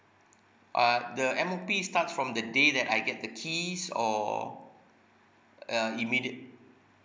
uh the M_O_P starts from the day that I get the keys or uh immediate